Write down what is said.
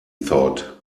thought